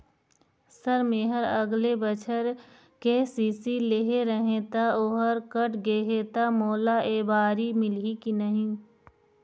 Sir मेहर अगले बछर के.सी.सी लेहे रहें ता ओहर कट गे हे ता मोला एबारी मिलही की नहीं?